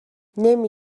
نمی